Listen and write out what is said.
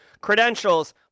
credentials